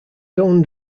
owned